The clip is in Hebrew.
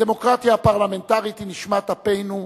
הדמוקרטיה הפרלמנטרית היא נשמת אפנו,